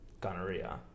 gonorrhea